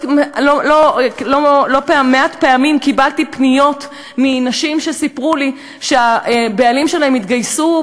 לא מעט פעמים קיבלתי פניות מנשים שסיפרו לי שהבעלים שלהן התגייסו,